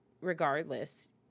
regardless